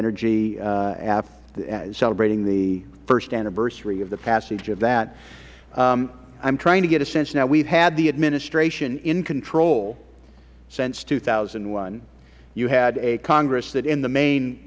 energy celebrating the first anniversary of the passage of that i am trying to get a sense now we have had the administration in control since two thousand and one you had a congress that in the main